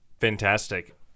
Fantastic